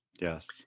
Yes